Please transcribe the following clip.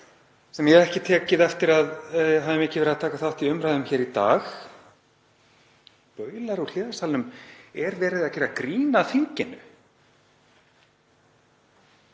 sem ég hef ekki tekið eftir að hafi mikið verið að taka þátt í umræðum hér í dag, og baular úr hliðarsalnum: Er verið að gera grín að þinginu?